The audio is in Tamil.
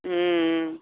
ம்